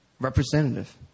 representative